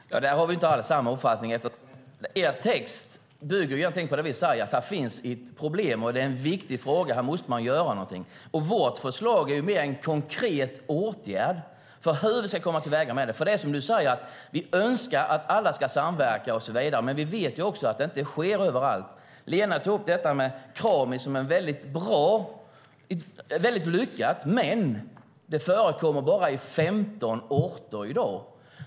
Fru talman! Där har vi inte alls samma uppfattning. Er text, Ewa Thalén Finné, bygger på det vi säger: Det finns ett problem, och det är en viktig fråga. Här måste man göra någonting. Vårt förslag är mer en konkret åtgärd för hur vi ska gå till väga med det. Det är nämligen som du säger, att vi önskar att alla ska samverka och så vidare. Vi vet dock att det inte sker överallt. Lena tog upp Krami, som är väldigt lyckat men bara förekommer på 15 orter i dag.